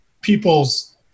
people's